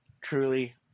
Truly